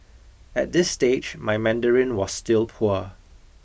at this stage my Mandarin was still poor